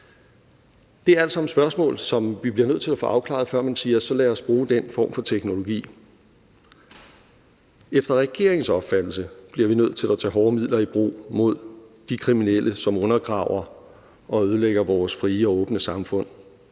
Det er alt sammen spørgsmål, som vi bliver nødt til at få afklaret, før man siger: Så lad os bruge den form for teknologi. Efter regeringens opfattelse bliver vi nødt til at tage hårde midler i brug mod de kriminelle, som undergraver og ødelægger vores frie og åbne samfund.